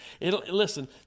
Listen